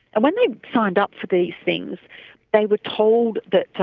and when they signed up for these things they were told that,